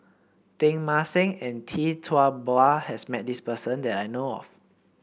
Teng Mah Seng and Tee Tua Ba has met this person that I know of